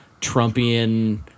Trumpian